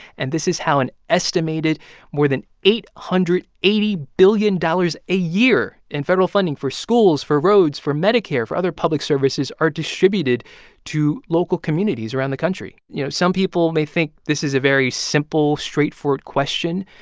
and this is how an estimated more than eight hundred and eighty billion dollars a year in federal funding for schools, for roads, for medicare, for other public services are distributed to local communities around the country you know, some people may think this is a very simple, straightforward question.